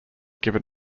given